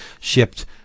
Shipped